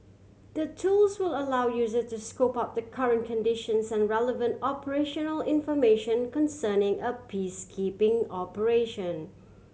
the tools will allow user to scope out the current conditions and relevant operational information concerning a peacekeeping operation